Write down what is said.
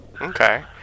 Okay